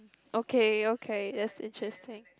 okay okay that's interesting